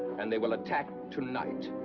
and they will attack tonight.